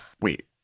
Wait